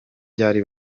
ryari